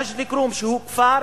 מג'ד-אל-כרום שהוא כפר